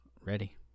Ready